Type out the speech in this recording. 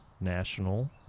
National